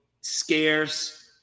scarce